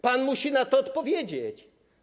Pan musi na to odpowiedzieć.